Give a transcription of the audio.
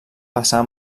passar